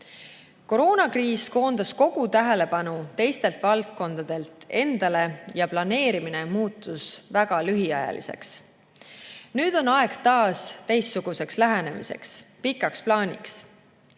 Koroonakriis koondas kogu tähelepanu teistelt valdkondadelt endale ja planeerimine muutus väga lühiajaliseks. Nüüd on aeg teistsuguseks lähenemiseks, pikaks plaaniks.